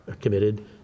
committed